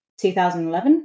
2011